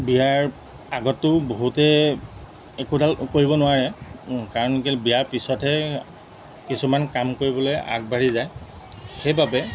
বিয়াৰ আগতো বহুতে একোডাল কৰিব নোৱাৰে কাৰণ কেলৈ বিয়াৰ পিছতহে কিছুমান কাম কৰিবলৈ আগবাঢ়ি যায় সেইবাবে